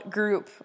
group